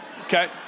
Okay